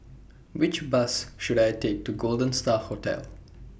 Which Bus should I Take to Golden STAR Hotel